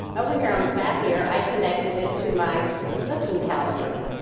over here on zapier, i connected it to my booking calendar.